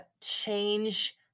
change